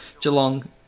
Geelong